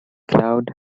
cloud